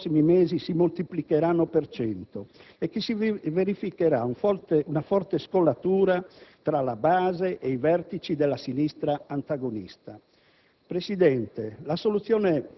che i Rossi, i Turigliatto nei prossimi mesi si moltiplicheranno per cento e che si verificherà una forte scollatura tra la base e i vertici della sinistra antagonista.